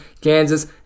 Kansas